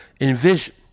envision